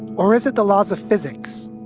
or is it the laws of physics?